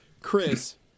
Chris